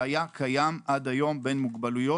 שהיה קיים עד היום בין מוגבלויות.